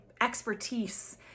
expertise